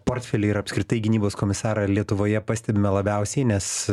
portfelį ir apskritai gynybos komisarą lietuvoje pastebime labiausiai nes